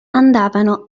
andavano